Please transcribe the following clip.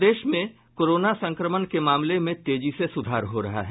प्रदेश में कोरोना संक्रमण के मामले में तेजी से सुधार हो रहा है